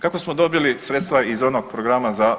Kako smo dobili sredstva iz onog programa za